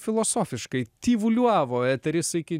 filosofiškai tyvuliavo eteris iki